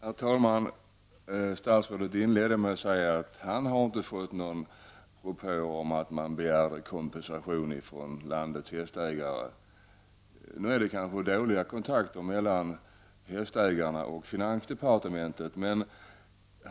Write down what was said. Herr talman! Statsrådet inledde med att säga att han inte hade fått någon propå från landets hästägare om att man begär kompensation. Det är kanske dåliga kontakter mellan hästägarna och finansdepartementet.